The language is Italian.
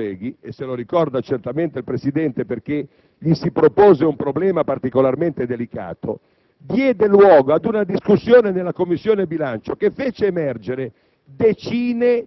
diede luogo, come i colleghi ricorderanno (e lo ricorda certamente il Presidente, perché gli si propose un problema particolarmente delicato), ad una discussione nella Commissione bilancio che fece emergere decine